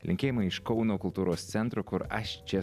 linkėjimai iš kauno kultūros centro kur aš čia